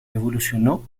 evolucionó